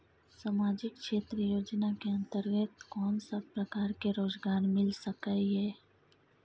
सामाजिक क्षेत्र योजना के अंतर्गत कोन सब प्रकार के रोजगार मिल सके ये?